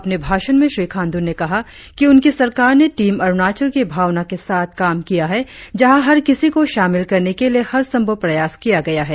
अपने भाषण में श्री खाण्डु ने कहा कि उनकी सरकार ने टीम अरुणाचल की भावना के साथ काम किया है जहा हर किसी को शामिल करने के लिए हरसंभव प्रयास किया गया है